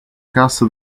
cast